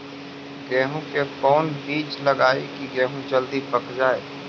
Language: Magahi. गेंहू के कोन बिज लगाई कि गेहूं जल्दी पक जाए?